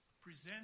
present